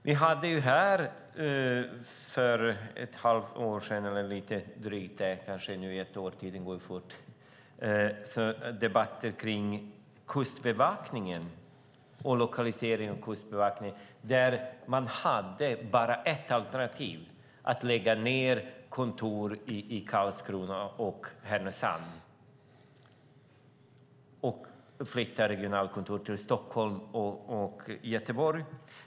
Vi hade debatter här för ett halvår eller ett år sedan - tiden går så fort - om lokaliseringen av Kustbevakningen där det bara fanns ett alternativ: att lägga ned kontoren i Karlskrona och Härnösand och flytta regionalkontoren till Stockholm och Göteborg.